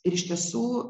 ir iš tiesų